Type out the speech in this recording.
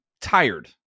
tired